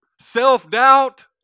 Self-doubt